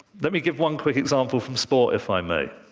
let me give one quick example from sport, if i may.